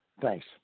Thanks